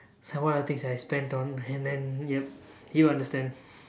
ya what are the things I spent on and then yup he'll understand